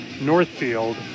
Northfield